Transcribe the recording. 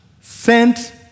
sent